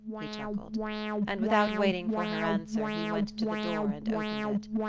he chuckled and without waiting for her answer he went to the door and opened it.